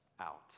out